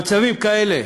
במצבים כאלה,